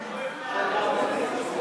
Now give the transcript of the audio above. אדוני היושב-ראש,